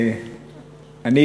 כזאת שתכף תעלה.